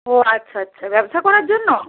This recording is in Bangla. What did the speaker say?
ও আচ্ছা আচ্ছা ব্যবসা করার জন্য